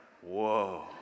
whoa